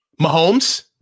Mahomes